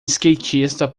skatista